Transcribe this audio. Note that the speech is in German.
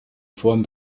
form